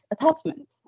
attachment